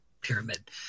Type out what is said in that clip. pyramid